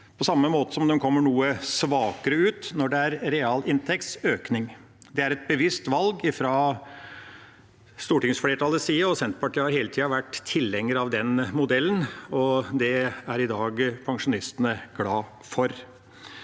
på samme måte som de kommer noe svakere ut når det er realinntektsøkning. Det er et bevisst valg fra stortingsflertallets side, Senterpartiet har hele tida vært tilhenger av den modellen, og det er i dag pensjonistene glade for.